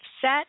set